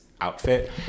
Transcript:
outfit